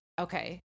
okay